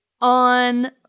on